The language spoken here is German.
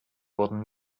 wurden